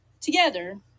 together